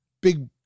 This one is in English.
big